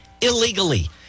illegally